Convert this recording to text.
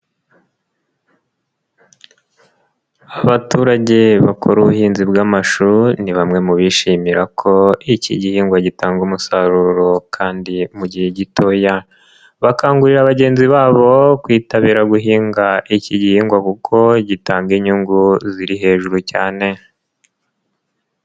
Abaturage bakora ubuhinzi bw'amashu, ni bamwe mu bishimira ko iki gihingwa gitanga umusaruro kandi mu gihe gitoya, bakangurira bagenzi babo kwitabira guhinga iki gihingwa kuko gitanga inyungu ziri hejuru cyane.